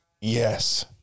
Yes